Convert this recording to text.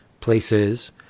places